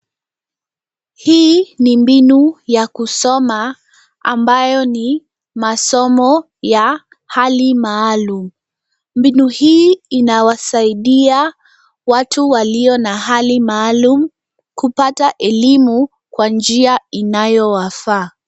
Hii ni mbinu ya kusoma ambayo ni masomo ya hali maalum. Mbinu hii inawasaidia watu walio na hali maalum kupata elimu kwa njia inayowafaa.